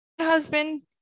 Husband